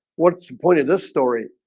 what's the point of this story?